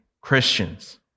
Christians